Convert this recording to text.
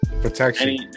protection